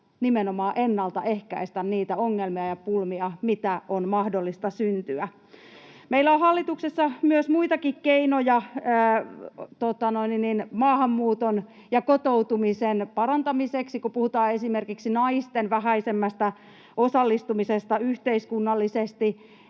nimenomaan ennaltaehkäistä niitä ongelmia ja pulmia, mitä mahdollisesti syntyy. [Sebastian Tynkkysen välihuuto] Meillä on hallituksessa muitakin keinoja maahanmuuton ja kotoutumisen parantamiseksi, kun puhutaan esimerkiksi naisten vähäisemmästä osallistumisesta yhteiskunnallisesti.